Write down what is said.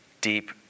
Deep